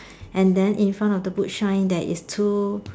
and then in front of the boot shine there is two